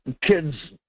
kids